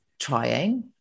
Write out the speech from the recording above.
trying